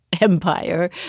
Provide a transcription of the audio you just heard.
empire